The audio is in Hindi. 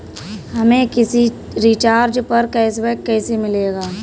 हमें किसी रिचार्ज पर कैशबैक कैसे मिलेगा?